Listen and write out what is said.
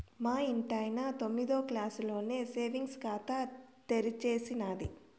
మా ఇంటాయన తొమ్మిదో క్లాసులోనే సేవింగ్స్ ఖాతా తెరిచేసినాది